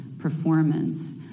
performance